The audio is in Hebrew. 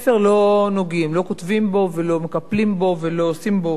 לא כותבים בו ולא מקפלים בו ולא עושים בו שום דבר.